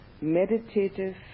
meditative